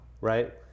right